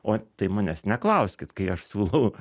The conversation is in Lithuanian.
o tai manęs neklauskit kai aš siūlau